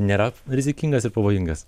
nėra rizikingas ir pavojingas